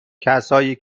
کسایی